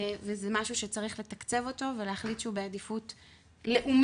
וזה משהו שצריך לתקצב אותו ולהחליט שהוא בעדיפות לאומית,